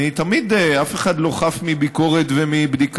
אני תמיד אף אחד לא חף מביקורת ומבדיקה.